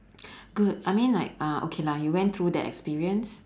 good I mean like uh okay lah you went through that experience